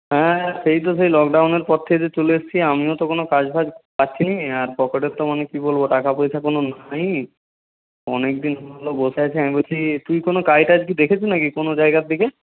হ্যাঁ সেই তো সেই লকডাউনের পর থেকে যে চলে এসছি আমিও তো কোনো কাজ ফাজ পাচ্ছি নি আর পকেটের তো মানে কী বলব টাকা পয়সা কোনো নাই অনেক দিন হল বসে আছি আমি বলছি তুই কোনো কাজ টাজ কি দেখেছিস না কি কোনো জায়গার দিকে